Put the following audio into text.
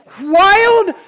wild